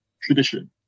tradition